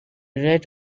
read